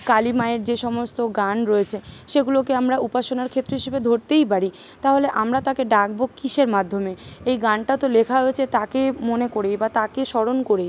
কালী মায়ের যে সমস্ত গান রয়েছে সেগুলোকে আমারা উপাসনার ক্ষেত্র হিসাবে ধরতেই পারি তাহলে আমরা তাকে ডাকব কীসের মাধ্যমে এই গানটা তো লেখা হয়েছে তাকে মনে করেই বা তাকে স্মরণ করে